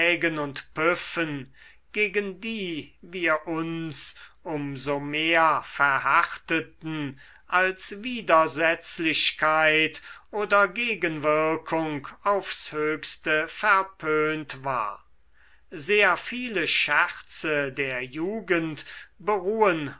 gegen die wir uns um so mehr verhärteten als widersetzlichkeit oder gegenwirkung aufs höchste verpönt war sehr viele scherze der jugend beruhen